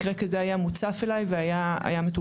מקרה כזה היה מוצף אליי והיה מטופל.